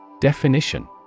Definition